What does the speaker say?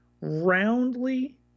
roundly